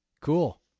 Cool